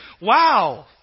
Wow